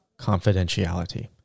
confidentiality